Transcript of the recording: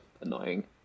annoying